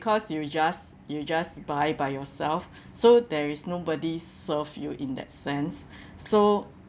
because you just you just buy by yourself so there is nobody serve you in that sense so